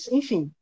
enfim